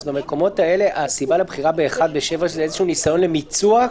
במקומות האלה הסיבה לבחירה ב-7:1 זה ניסיון למיצוע?